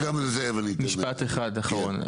משפט אחד אחרון.